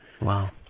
Wow